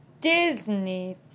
Disney